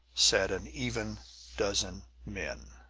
sat an even dozen men.